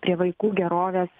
prie vaikų gerovės